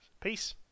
Peace